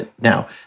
Now